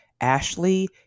Ashley